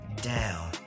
down